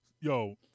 yo